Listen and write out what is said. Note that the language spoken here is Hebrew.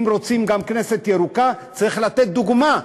אם רוצים גם כנסת ירוקה צריך לתת דוגמה,